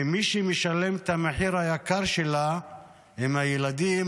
ומי שמשלם את המחיר היקר שלה הם הילדים,